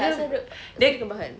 apasal dok dia kena bahang